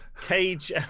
Cage